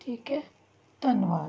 ਠੀਕ ਹੈ ਧੰਨਵਾਦ